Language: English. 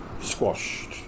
squashed